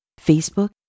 Facebook